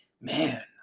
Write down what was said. man